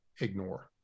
ignore